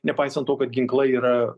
nepaisant to kad ginklai yra